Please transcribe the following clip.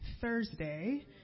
Thursday